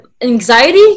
anxiety